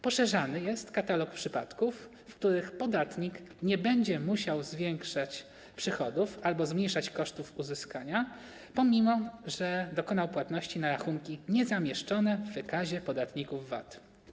Poszerzany jest katalog przypadków, w których podatnik nie będzie musiał zwiększać przychodów albo zmniejszać kosztów uzyskania, mimo że dokonał płatności na rachunki niezamieszczone w wykazie podatników VAT.